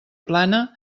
plana